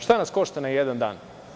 Šta nas košta na jedan dan?